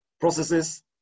processes